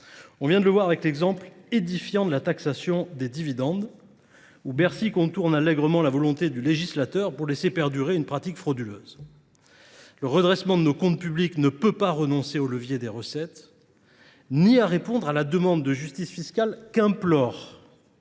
On vient de le voir avec l'exemple édifiant de la taxation des dividendes, où Bercy contourne allègrement la volonté du législateur pour laisser perdurer une pratique frauduleuse. Le redressement de nos comptes publics ne peut pas renoncer au levier des recettes, ni à répondre à la demande de justice fiscale qu'implore